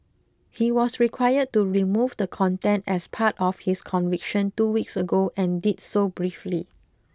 he was required to remove the content as part of his conviction two weeks ago and did so briefly